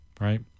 right